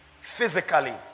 physically